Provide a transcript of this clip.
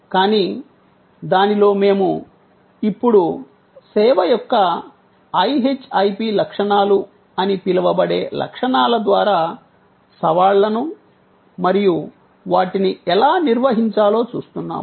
కానీ దానిలో మేము ఇప్పుడు సేవ యొక్క IHIP లక్షణాలు అని పిలవబడే లక్షణాల ద్వారా సవాళ్లను మరియు వాటిని ఎలా నిర్వహించాలో చూస్తున్నాము